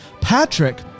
Patrick